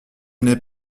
n’ai